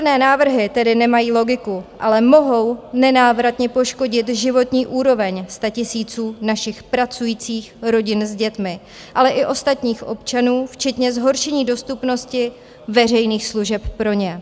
Vládní úsporné návrhy tedy nemají logiku, ale mohou nenávratně poškodit životní úroveň statisíců našich pracujících rodin s dětmi, ale i ostatních občanů, včetně zhoršení dostupnosti veřejných služeb pro ně.